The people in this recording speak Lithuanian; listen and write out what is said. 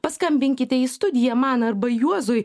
paskambinkite į studiją man arba juozui